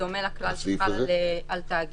בדומה לכלל שחל על תאגידים.